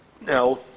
now